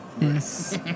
Yes